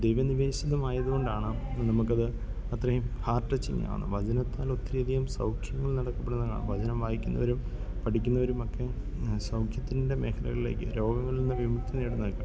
ദൈവനിവേശിതമായതുകൊണ്ടാണ് നമുക്കത് അത്രയും ഹാർട്ട് ടച്ചിങ്ങാവുന്നത് വചനത്താലൊത്തിരി അധികം സൗഖ്യങ്ങൾ നടക്കപ്പെടുന്നതാണ് വചനം വായിക്കുന്നവരും പഠിക്കുന്നവരും ഒക്കെ സൗഖ്യത്തിൻ്റെ മേഘലകളിലേക്ക് രോഗങ്ങളിൽ നിന്ന് വിമുക്തി തേടുന്നതൊക്കെ